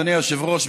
אדוני היושב-ראש,